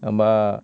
माबा